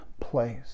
place